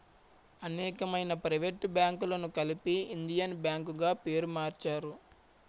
అనేకమైన ప్రైవేట్ బ్యాంకులను కలిపి ఇండియన్ బ్యాంక్ గా పేరు మార్చారు